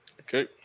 Okay